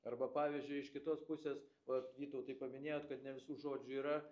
arba pavyzdžiui iš kitos pusės vat vytautai paminėjot kad ne visų žodžių yra